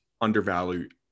undervalued